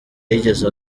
yigeze